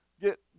get